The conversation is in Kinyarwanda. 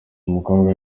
mukobwa